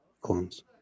Clones